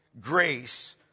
grace